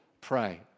Pray